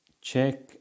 check